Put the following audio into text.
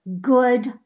good